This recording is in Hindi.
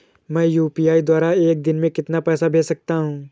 मैं यू.पी.आई द्वारा एक दिन में कितना पैसा भेज सकता हूँ?